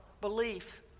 belief